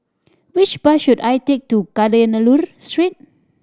which bus should I take to Kadayanallur Street